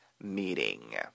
meeting